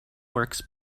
works